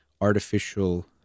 artificial